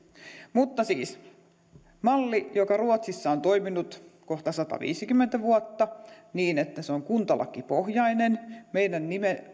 mutta siis se on malli joka ruotsissa on toiminut kohta sataviisikymmentä vuotta niin että se on kuntalakipohjainen meidän